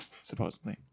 supposedly